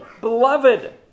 Beloved